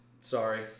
Sorry